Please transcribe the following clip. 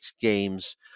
games